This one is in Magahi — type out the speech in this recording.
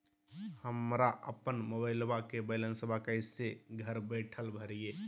हमरा अपन मोबाइलबा के बैलेंस कैसे घर बैठल भरिए?